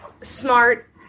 smart